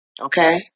Okay